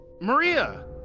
Maria